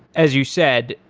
as you said,